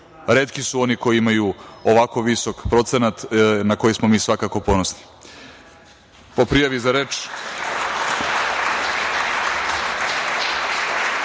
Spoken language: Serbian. Retki su oni koji imaju ovako visok procenat, na koji smo mi svakako ponosni. Da, i ove